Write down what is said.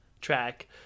track